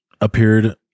appeared